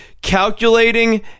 calculating